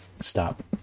stop